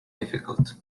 difficult